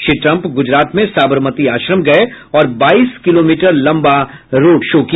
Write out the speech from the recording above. Shri Trump Gujarat में साबरमती आश्रम गये और बाईस किलोमीटर लम्बा रोड शो किया